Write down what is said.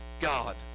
God